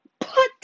put